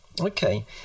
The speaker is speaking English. Okay